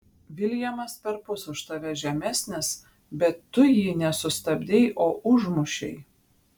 viljamas perpus už tave žemesnis bet tu jį ne sustabdei o užmušei